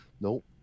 Nope